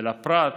ולפרט,